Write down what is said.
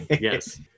Yes